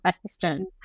question